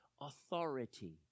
authority